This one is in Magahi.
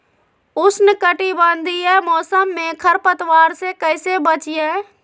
उष्णकटिबंधीय मौसम में खरपतवार से कैसे बचिये?